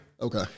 Okay